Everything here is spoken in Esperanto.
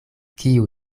kiu